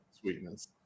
Sweetness